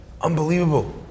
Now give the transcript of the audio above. Unbelievable